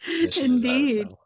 Indeed